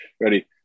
ready